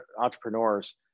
entrepreneurs